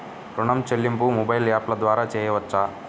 ఋణం చెల్లింపు మొబైల్ యాప్ల ద్వార చేయవచ్చా?